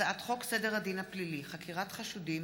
הצעת חוק סדר הדין הפלילי (חקירת חשודים)